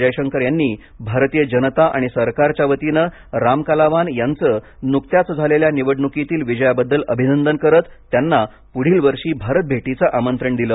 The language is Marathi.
जयशंकर यांनी भारतीय जनता आणि सरकारच्या वतीने रामकलावान यांचं नुकत्याच झालेल्या निवडणुकीतील विजयाबद्दल अभिनंदन करत त्यांना पुढील वर्षी भारत भेटीच आमंत्रण दिले